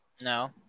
No